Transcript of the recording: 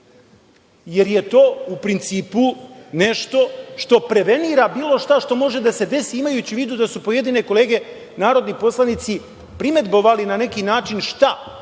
jer je to u principu nešto što prevenira bilo šta što može da se desi, imajući u vidu da su pojedine kolege narodni poslanici primedbovali na neki način – šta,